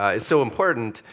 ah so important.